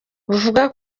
buvuga